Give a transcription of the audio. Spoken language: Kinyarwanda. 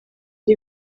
ari